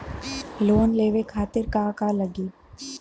Loan लेवे खातीर का का लगी?